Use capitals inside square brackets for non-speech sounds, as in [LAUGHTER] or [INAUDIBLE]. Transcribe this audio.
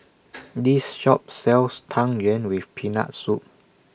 [NOISE] This Shop sells Tang Yuen with Peanut Soup